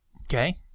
Okay